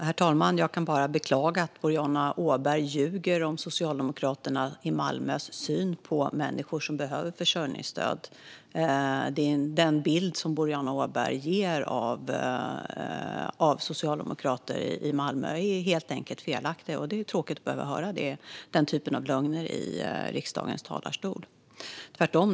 Herr talman! Jag kan bara beklaga att Boriana Åberg ljuger om Socialdemokraterna i Malmö när det gäller deras syn på människor som behöver försörjningsstöd. Den bild som Boriana Åberg ger av socialdemokrater i Malmö är helt enkelt felaktig. Det är tråkigt att behöva höra den typen av lögner i riksdagens talarstol. Det är tvärtom.